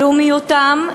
לאומיותם,